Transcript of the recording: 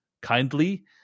kindly